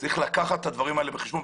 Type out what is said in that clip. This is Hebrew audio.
צריך לקחת את הדברים האלה בחשבון.